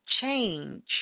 change